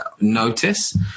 notice